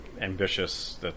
ambitious